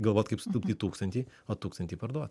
galvot kaip sutaupyt tūkstantį o tūkstantį parduot